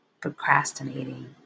procrastinating